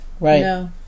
Right